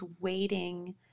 waiting